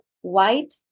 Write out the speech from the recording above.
white